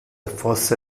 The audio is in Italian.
fosse